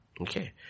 Okay